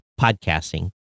podcasting